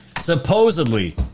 Supposedly